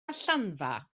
allanfa